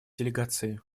делегации